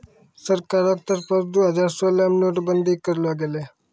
सरकारो के तरफो से दु हजार सोलह मे नोट बंदी करलो गेलै